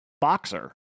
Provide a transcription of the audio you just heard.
boxer